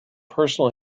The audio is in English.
personal